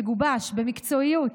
שגובש במקצועיות,